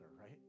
right